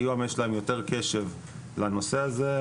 היום יש לנו יותר קשב לנושא הזה,